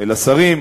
אל השרים,